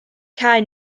cau